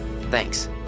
Thanks